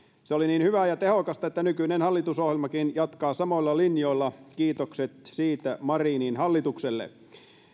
se oli niin hyvää ja tehokasta että nykyinen hallitusohjelmakin jatkaa samoilla linjoilla kiitokset siitä marinin hallitukselle